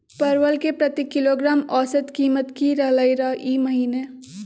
परवल के प्रति किलोग्राम औसत कीमत की रहलई र ई महीने?